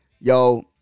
Yo